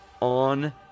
on